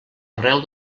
arreu